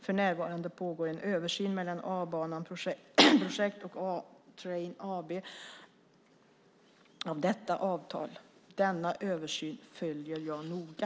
För närvarande pågår en översyn mellan A-Banan Projekt och A-Train AB av detta avtal. Denna översyn följer jag noga.